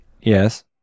Yes